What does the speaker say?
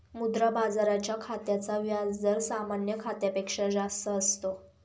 मुद्रा बाजाराच्या खात्याचा व्याज दर सामान्य खात्यापेक्षा जास्त असतो